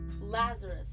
Lazarus